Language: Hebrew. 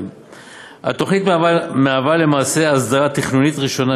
התוכנית מהווה למעשה הסדרה תכנונית ראשונה